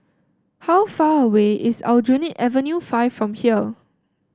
how far away is Aljunied Avenue Five from here